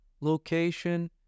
location